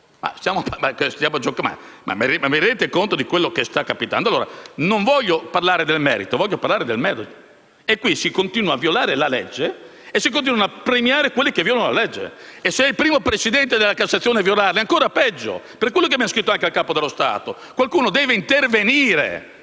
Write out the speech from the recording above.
Ma vi rendete conto di quello che sta capitando? Non voglio parlare del merito, ma del metodo. Qui si continua a violare la legge e si continuano a premiare quelli che violano la legge. E se è il primo presidente della Cassazione a violarla, è ancora peggio! È per questo che abbiamo scritto anche al Capo dello Stato: qualcuno deve intervenire